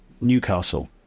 Newcastle